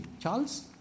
Charles